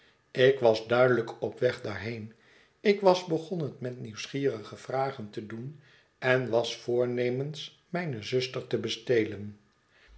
ik was duidelijk op weg daarheen ik was begonnen met nieuwsgierige vragen te doen en was voornemens mijne zuster te bestelen